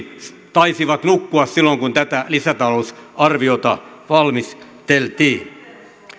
taisivat nukkua silloin kun tätä lisätalousarviota valmisteltiin